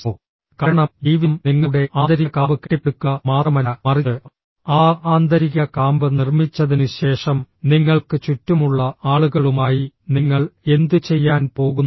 î കാരണം ജീവിതം നിങ്ങളുടെ ആന്തരിക കാമ്പ് കെട്ടിപ്പടുക്കുക മാത്രമല്ല മറിച്ച് ആ ആന്തരിക കാമ്പ് നിർമ്മിച്ചതിനുശേഷം നിങ്ങൾക്ക് ചുറ്റുമുള്ള ആളുകളുമായി നിങ്ങൾ എന്തുചെയ്യാൻ പോകുന്നു